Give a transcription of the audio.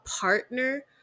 partner